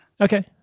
Okay